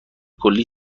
کلی